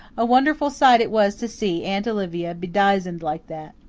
a wonderful sight it was to see aunt olivia bedizened like that!